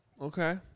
okay